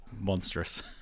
monstrous